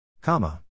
Comma